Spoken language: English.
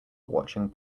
watching